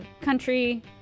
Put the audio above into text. Country